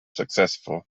successful